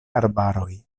arbaroj